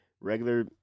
Regular